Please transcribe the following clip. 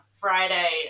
Friday